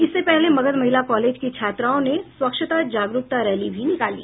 इससे पहले मगध महिला कालेज की छात्राओं ने स्वच्छता जागरुकता रैली भी निकाली